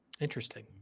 Interesting